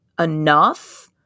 enough